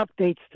updates